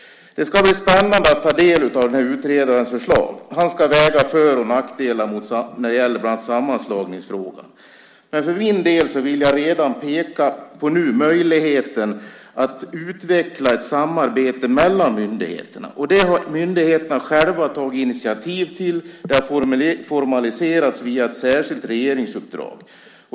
Det ska bli spännande att ta del av utredarens förslag. Han ska väga för och nackdelar när det gäller bland annat sammanslagningsfrågan. Men för min del vill jag redan nu peka på möjligheten att utveckla ett samarbete mellan myndigheterna. Det har myndigheterna själva tagit initiativ till. Det har formaliserats via ett särskilt regeringsuppdrag.